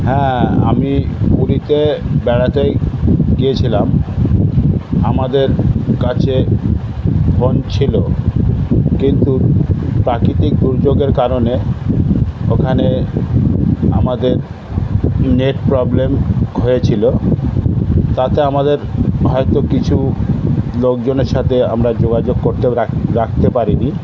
হ্যাঁ আমি পুরীতে বেড়াতে গিয়েছিলাম আমাদের কাছে ফোন ছিলো কিন্তু প্রাকৃতিক দুর্যোগের কারণে ওখানে আমাদের নেট প্রবলেম হয়েছিলো তাতে আমাদের হয়তো কিছু লোকজনের সাথে আমরা যোগাযোগ করতে রাখতে পারি নি